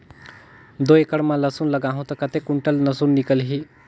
दो एकड़ मां लसुन लगाहूं ता कतेक कुंटल लसुन निकल ही?